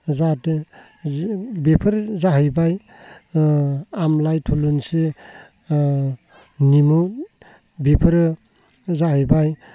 जाहाथे बेफोर जाहैबाय आमलाइ थुलुंसि निमु बिफोर जाहैबाय